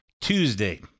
Tuesday